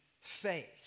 faith